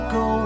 go